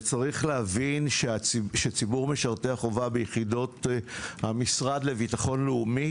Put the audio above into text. צריך להבין שציבור משרתי החובה ביחידות המשרד לביטחון לאומי,